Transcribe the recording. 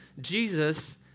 Jesus